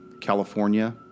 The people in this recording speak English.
California